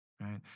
right